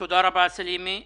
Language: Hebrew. תודה רבה סלימה.